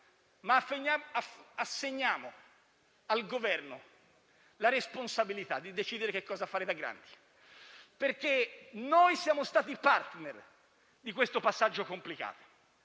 ma assegniamo al Governo la responsabilità di decidere cosa fare da grandi, perché siamo stati *partner* di questo passaggio complicato;